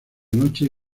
noche